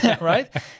Right